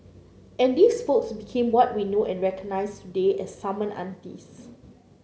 and these folks became what we know and recognize today as summon aunties